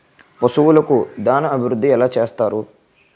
పశువులకు దాన అభివృద్ధి ఎలా చేస్తారు?